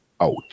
out